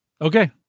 Okay